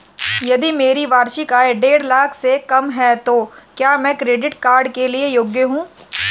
यदि मेरी वार्षिक आय देढ़ लाख से कम है तो क्या मैं क्रेडिट कार्ड के लिए योग्य हूँ?